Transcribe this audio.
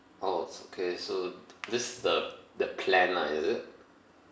orh it's okay so this is the the plan lah is it